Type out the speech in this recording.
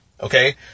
Okay